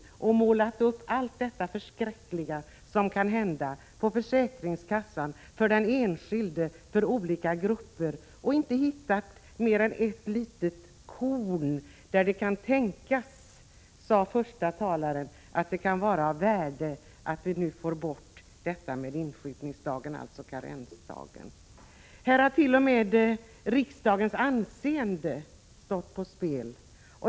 De har här målat upp allt det förskräckliga som kan hända och som kommer att drabba försäkringskassan, den enskilde och olika grupper och har inte hittat mer än ett litet korn av förtjänst i förslaget; det kan tänkas, sade förste talaren, att det är av värde att stora grupper nu får sjukpenning även insjuknandedagen, dvs. att vi får bort karensdagen. Här hart.o.m. riksdagens anseende stått på spel.